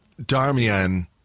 Darmian